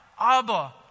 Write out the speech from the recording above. Abba